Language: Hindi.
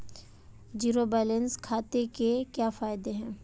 ज़ीरो बैलेंस खाते के क्या फायदे हैं?